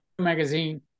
magazine